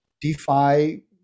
DeFi